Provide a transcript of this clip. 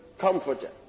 comforter